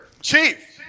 Chief